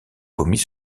commis